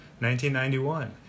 1991